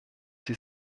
die